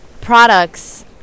products